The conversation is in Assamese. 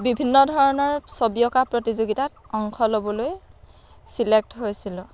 বিভিন্ন ধৰণৰ ছবি অঁকা প্ৰতিযোগিতাত অংশ ল'বলৈ ছিলেক্ট হৈছিলোঁ